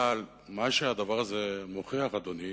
אבל מה שהדבר הזה מוכיח, אדוני,